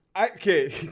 Okay